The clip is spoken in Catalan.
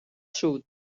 sud